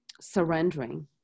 surrendering